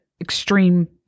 extreme